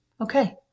okay